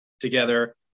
together